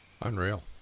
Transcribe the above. Unreal